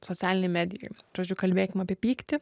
socialinėj medijoj žodžiu kalbėkim apie pyktį